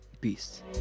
Peace